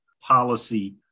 policy